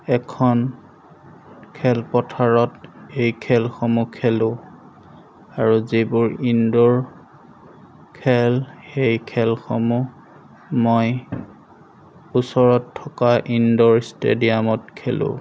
এখন খেলপথাৰত এই খেলসমূহ খেলোঁ আৰু যিবোৰ ইনডৰ খেল সেই খেলসমূহ মই ওচৰত থকা ইনডৰ ষ্টেডিয়ামত খেলোঁ